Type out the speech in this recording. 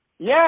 Yes